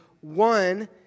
one